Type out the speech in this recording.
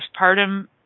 postpartum